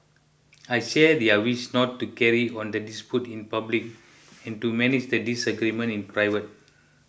I share their wish not to carry on the dispute in public and to manage the disagreement in private